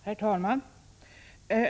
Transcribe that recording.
Herr talman!